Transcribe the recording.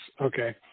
Okay